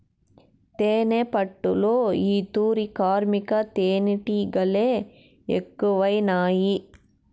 తేనెపట్టులో ఈ తూరి కార్మిక తేనీటిగలె ఎక్కువైనాయి